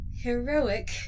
heroic